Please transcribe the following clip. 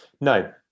No